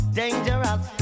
dangerous